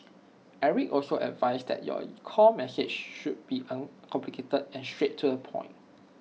Eric also advised that your core message should be uncomplicated and straight to the point